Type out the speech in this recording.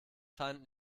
feind